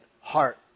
heart